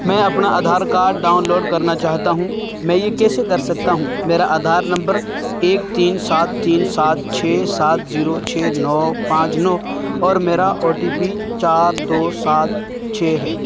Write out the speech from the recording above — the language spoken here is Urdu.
میں اپنا آدھار کارڈ ڈاؤن لوڈ کرنا چاہتا ہوں میں یہ کیسے کر سکتا ہوں میرا آدھار نمبر ایک تین سات تین سات چھ سات زیرو چھ نو پانچ نو اور میرا او ٹی پی چار دو سات چھ ہے